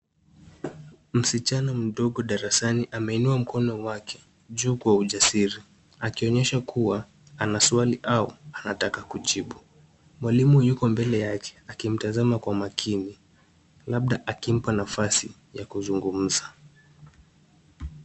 Msichana mdogo darasani ameinua mkono wake juu kwa ujasiri. Akionyesha kuwa, ana swali au anataka kujibu . Mwalimu yuko mbele yake akimtazama kwa makini, labda akimpa nafasi ya kuzungumza.